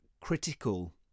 critical